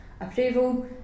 approval